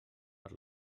per